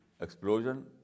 explosion